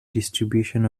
distribution